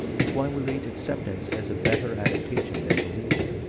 it's why we rate acceptance as a better adaptation than belief.